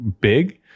big